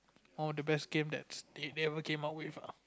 all the best game that they they ever came up with ah